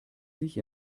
sich